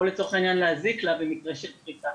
או לצורך העניין להזיק לה במקרה של כריתה,